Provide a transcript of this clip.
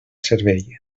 servei